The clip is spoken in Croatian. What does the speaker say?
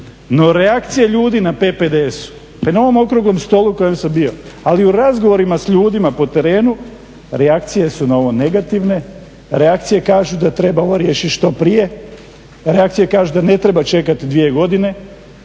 No, reakcije ljudi na PPDS-u, te na ovom okruglom stolu kojem sam bio, ali u razgovorima s ljudima po terenu reakcije su na ovo negativne, reakcije kažu da treba ovo riješiti ovo što prije, reakcije kažu da ne treba čekati 2 godine,